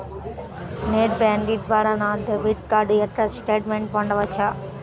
Net banking ద్వారా నా debit card యొక్క స్టేట్మెంట్ పొందవచ్చా?